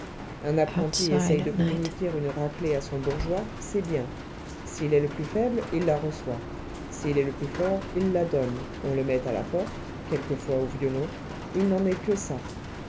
un apprenti essaye de communiquer une raclée à son bourgeois c'est bien s'il est le plus faible il la reçoit s'il est le plus fort il la donne on le met à la porte quelquefois au violon il n'en est que ça